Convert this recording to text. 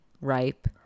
Ripe